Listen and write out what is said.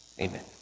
Amen